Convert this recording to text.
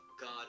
God